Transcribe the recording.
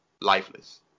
lifeless